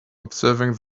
observing